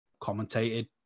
commentated